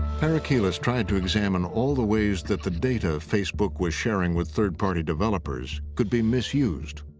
parakilas tried to examine all the ways that the data facebook was sharing with third-party developers could be misused.